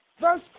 Verse